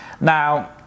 Now